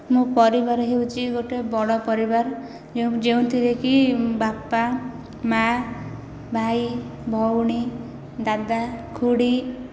ମୋ ପରିବାର ହେଉଛି ଗୋଟିଏ ବଡ଼ ପରିବାର ଯେଉଁ ଯେଉଁଥିରେ କି ବାପା ମା ଭାଇ ଭଉଣୀ ଦାଦା ଖୁଡ଼ୀ